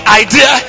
idea